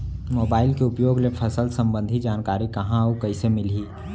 Mobile के उपयोग ले फसल सम्बन्धी जानकारी कहाँ अऊ कइसे मिलही?